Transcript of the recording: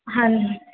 ਹਾਂ